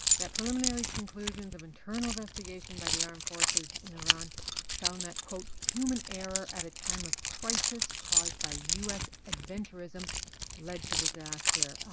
that preliminary conclusions of internal investigation by the armed forces in iran found that, quote, human error at a time of crisis caused by u s. adventurism led to disaster.